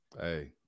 Hey